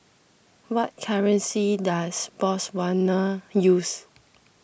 what currency does Botswana use